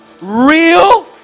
real